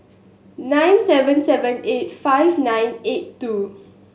nine seven seven eight five nine eight two